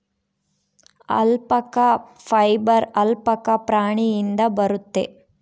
alpaca fibre alpaca ಪ್ರಾಣಿಯಿಂದ ಬರುತ್ತೆ